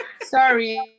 Sorry